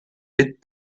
with